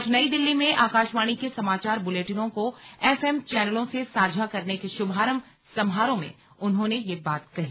आज नई दिल्ली में आकाशवाणी के समाचार बुलेटिनों को एफ एम चैनलों से साझा करने के शुभारंभ समारोह में उन्होंने ये बात कही